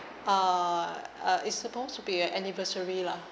uh uh it's supposed to be an anniversary lah